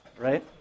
Right